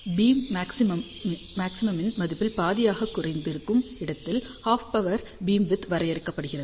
beam மாக்சிமாவின் மதிப்பில் பாதியாக குறைந்து இருக்கும் இடத்தில் ஹாஃப் பவர் பீம்விட்த் வரையறுக்கப்படுகிறது